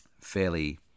fairly